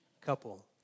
couple